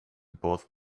both